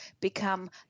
become